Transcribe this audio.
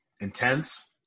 Intense